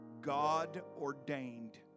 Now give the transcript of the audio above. God-ordained